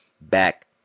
back